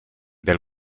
del